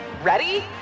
Ready